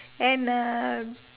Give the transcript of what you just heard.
and a